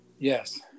Yes